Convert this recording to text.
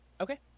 okay